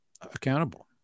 accountable